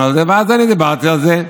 אז אני דיברתי על זה,